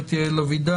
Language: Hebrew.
גברת יעל אבידן,